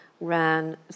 ran